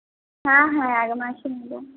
হ্যাঁ হ্যাঁ এক মাসই নেবো